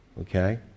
Okay